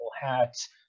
hats